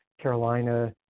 Carolina